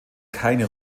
keine